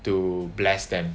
to bless them